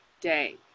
day